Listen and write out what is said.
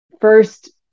first